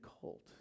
cult